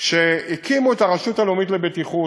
כשהקימו את הרשות הלאומית לבטיחות,